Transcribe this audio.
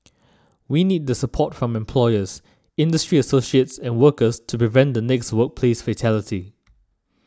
we need the support from employers industry associates and workers to prevent the next workplace fatality